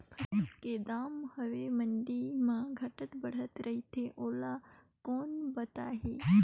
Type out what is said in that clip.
फसल के दम हवे मंडी मा घाट बढ़ा रथे ओला कोन बताही?